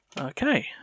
Okay